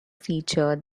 feature